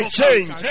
change